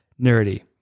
nerdy